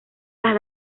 las